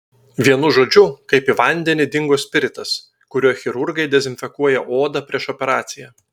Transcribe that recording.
vienu žodžiu kaip į vandenį dingo spiritas kuriuo chirurgai dezinfekuoja odą prieš operaciją